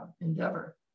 endeavor